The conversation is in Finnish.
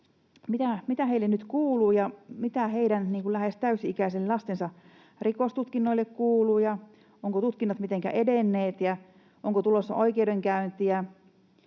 mitä heille nyt kuuluu ja mitä heidän lähes täysi-ikäisten lastensa rikostutkinnoille kuuluu ja ovatko tutkinnat mitenkä edenneet ja onko tulossa oikeudenkäyntiä?